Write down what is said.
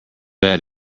add